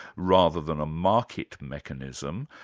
rather than a market mechanism.